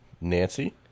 Nancy